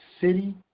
city